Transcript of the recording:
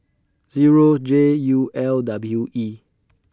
Zero J U L W E